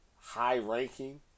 high-ranking